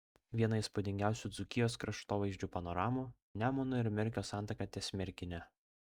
viena įspūdingiausių dzūkijos kraštovaizdžio panoramų nemuno ir merkio santaka ties merkine